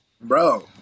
bro